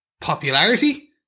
popularity